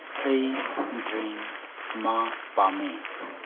ꯑꯩ ꯗ꯭ꯔꯤꯡ ꯑꯃ ꯄꯥꯝꯃꯤ